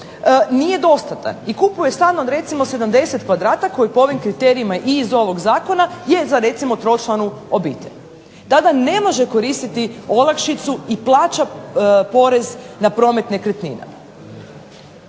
nije dostatna i kupuje stan od recimo 70 kvadrata koji po ovim kriterijima i iz ovog Zakona je za tročlanu obitelj. Tada ne može koristiti olakšicu i plaća porez na promet nekretnina,